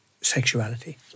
sexuality